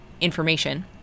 information